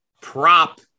prop